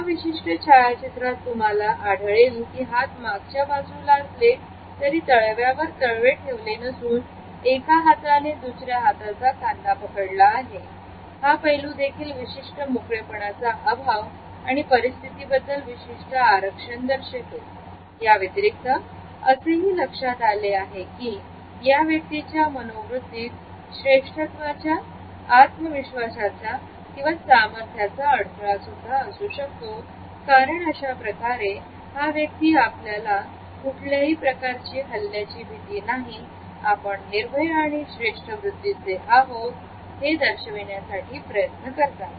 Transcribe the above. या विशिष्ट छायाचित्रात तुम्हाला आवडेल की हात मागच्या बाजूला असले तरी तळव्यावर तळवे ठेवले नसून एका हाताने दुसऱ्या हाताचा खांदा पकडलेला आहे हा पैलू देखील विशिष्ट मोकळेपणाचा अभाव आणि परिस्थितीबद्दल विशिष्ट आरक्षण दर्शवितो याव्यतिरिक्त असेही लक्षात आले आहे की या व्यक्तीच्या मनोवृत्तीत श्रेष्ठत्वाचा आत्मविश्वासाचा किंवा सामर्थ्याचा अडथळा सुद्धा असू शकतो कारण अशाप्रकारे हा व्यक्ती आपल्याला कुठल्याही प्रकारची हल्ल्याची भीती नाही आपण निर्भय आणि श्रेष्ठ वृत्तीचे आहोत हे दर्शविण्यासाठी प्रयत्न करतात